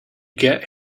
get